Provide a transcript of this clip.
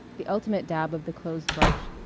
the ultimate dab of the clothes-brush,